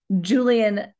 Julian